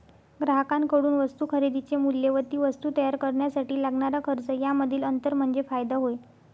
ग्राहकांकडून वस्तू खरेदीचे मूल्य व ती वस्तू तयार करण्यासाठी लागणारा खर्च यामधील अंतर म्हणजे फायदा होय